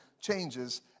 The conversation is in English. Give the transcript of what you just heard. changes